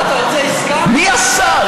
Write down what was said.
מי עשה?